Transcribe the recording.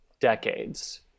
decades